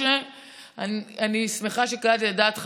אני שמחה שקלעתי לדעת חכמים,